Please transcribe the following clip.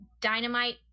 dynamite